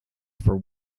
for